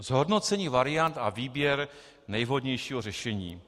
Zhodnocení variant a výběr nejvhodnějšího řešení.